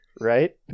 right